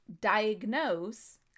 diagnose